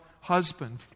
husband